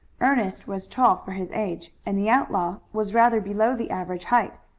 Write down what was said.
ernest was tall for his age, and the outlaw was rather below the average height.